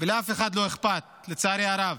ולאף אחד לא אכפת, לצערי הרב.